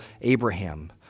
Abraham